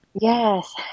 Yes